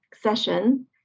session